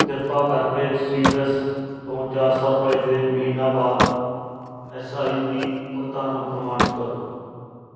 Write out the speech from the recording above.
ਕਿਰਪਾ ਕਰਕੇ ਸੀਟਰਸ ਤੋਂ ਚਾਰ ਸੌ ਰੁਪਏ ਦੇ ਮਹੀਨਾਵਾਰ ਐੱਸ ਆਈ ਪੀ ਭੁਗਤਾਨ ਨੂੰ ਪ੍ਰਮਾਣਿਤ ਕਰੋ